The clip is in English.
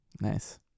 Nice